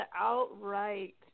outright